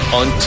on